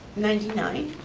ninety nine?